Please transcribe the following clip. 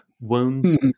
wounds